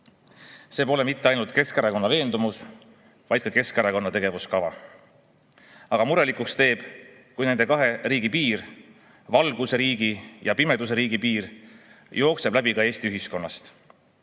See pole mitte ainult Keskerakonna veendumus, vaid ka Keskerakonna tegevuskava. Aga murelikuks teeb see, kui nende kahe riigi piir, valguse riigi ja pimeduse riigi piir jookseb läbi ka Eesti ühiskonnast.